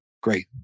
great